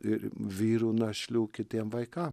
ir vyrų našlių kitiem vaikam